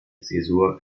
zäsur